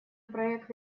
проект